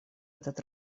этот